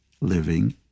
living